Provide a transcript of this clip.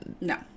no